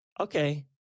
okay